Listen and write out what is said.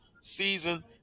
season